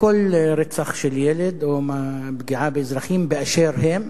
כל רצח של ילד או פגיעה באזרחים באשר הם.